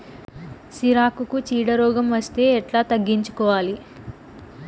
సిరాకుకు చీడ రోగం వస్తే ఎట్లా తగ్గించుకోవాలి?